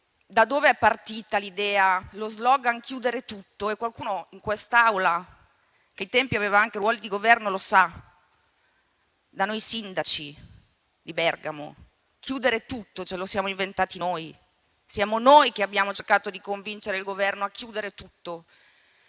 da dove è partita l'idea e lo *slogan* «chiudere tutto»? Qualcuno in quest'Aula che allora aveva anche ruoli di Governo lo sa. Da noi sindaci di Bergamo. «Chiudere tutto» ce lo siamo inventato noi: siamo noi che abbiamo cercato di convincere il Governo a chiudere tutto.